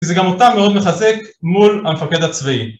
כי זה גם אותה מאוד מחזק מול המפקד הצבאי